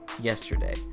yesterday